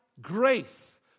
grace